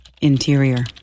interior